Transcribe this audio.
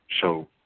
show